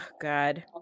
God